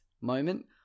moment